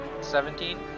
seventeen